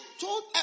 told